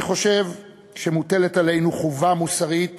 אני חושב שמוטלת עלינו חובה מוסרית